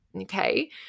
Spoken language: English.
okay